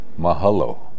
mahalo